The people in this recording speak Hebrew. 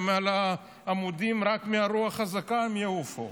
הן על עמודים, רק מרוח חזקה הן יעופו,